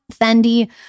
Fendi